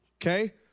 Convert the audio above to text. okay